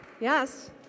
Yes